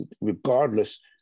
Regardless